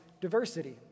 diversity